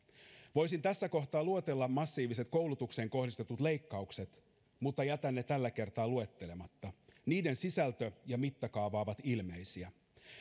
voisin tässä kohtaa luetella massiiviset koulutukseen kohdistetut leikkaukset mutta jätän ne tällä kertaa luettelematta niiden sisältö ja mittakaava ovat ilmeisiä